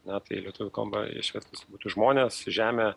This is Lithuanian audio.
na tai lietuvių kalba išvertus būtų žmonės žemė